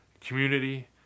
community